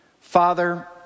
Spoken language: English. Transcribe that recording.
Father